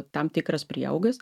tam tikras prieaugis